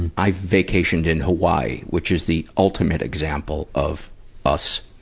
i vacationed in hawaii, which is the ultimate example of us